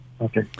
Okay